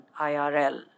IRL